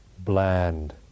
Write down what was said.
Bland